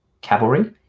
cavalry